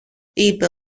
είπε